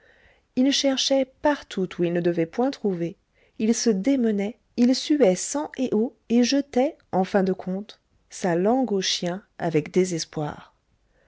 il cherchait partout où il ne devait point trouver il se démenait il suait sang et eau et jetait en fin de compte sa langue au chien avec